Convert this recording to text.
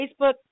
Facebook